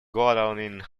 godalming